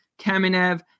Kamenev